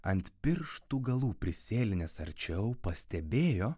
ant pirštų galų prisėlinęs arčiau pastebėjo